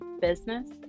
business